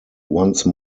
once